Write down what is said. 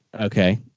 Okay